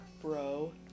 bro